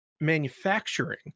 manufacturing